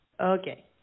Okay